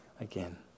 again